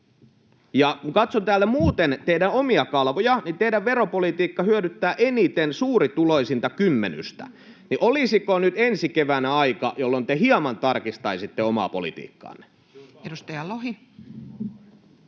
Kun katson täällä muuten teidän omia kalvojanne, teidän veropolitiikkanne hyödyttää eniten suurituloisinta kymmenystä. Olisiko nyt ensi keväänä aika, jolloin te hieman tarkistaisitte omaa politiikkaanne? [Speech